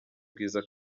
bwiza